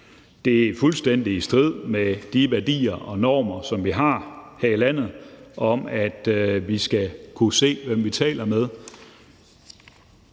Det er fuldstændig i strid med de værdier og normer, som vi har her i landet, om, at vi skal kunne se, hvem vi taler med.